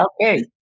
Okay